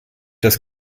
das